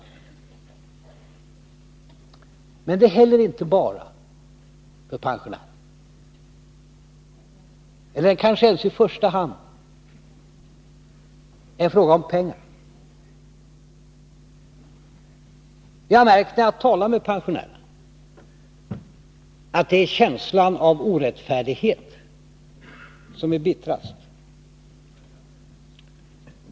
För pensionärerna är det heller inte bara, eller kanske ens i första hand, en fråga om pengar. Jag har märkt när jag talar med pensionärerna att det är känslan av orättfärdighet som är bittrast.